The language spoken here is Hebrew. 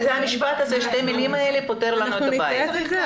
שתי המילים האלה פותרות לנו את הבעיה.